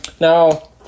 Now